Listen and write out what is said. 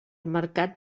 mercat